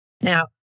Now